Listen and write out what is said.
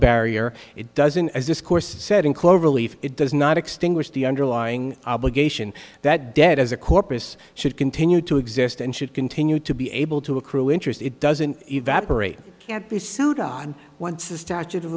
barrier it doesn't as discoursed said in cloverleaf it does not extinguish the underlying obligation that debt as a corpus should continue to exist and should continue to be able to accrue interest it doesn't evaporated can't be sued on once the statute of